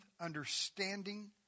understanding